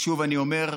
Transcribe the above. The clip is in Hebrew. שוב אני אומר: